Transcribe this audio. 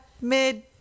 mid